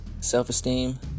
self-esteem